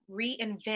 reinvent